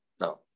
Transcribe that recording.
no